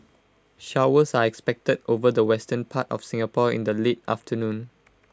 showers are expected over the western part of Singapore in the late afternoon